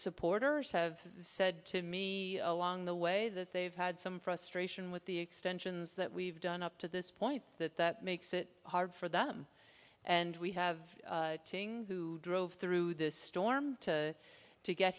supporters have said to me along the way that they've had some frustration with the extensions that we've done up to this point that that makes it hard for them and we have who drove through this storm to